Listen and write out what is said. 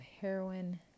heroin